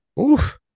Oof